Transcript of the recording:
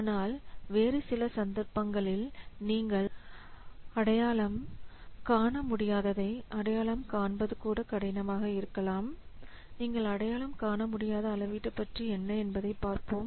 ஆனால் வேறு சில சந்தர்ப்பங்களில் நீங்கள் அடையாளம் காண முடியாததை அடையாளம் காண்பது கூட கடினமாக இருக்கலாம் நீங்கள் அடையாளம் காண முடியாத அளவீட்டு பற்றி என்ன என்பதை பார்ப்போம்